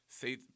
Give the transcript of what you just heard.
say